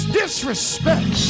disrespect